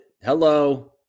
Hello